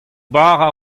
bara